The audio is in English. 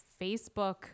Facebook